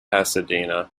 pasadena